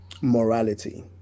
morality